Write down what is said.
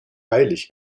heilig